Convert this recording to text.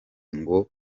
ngo